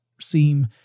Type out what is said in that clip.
seem